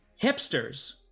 Hipsters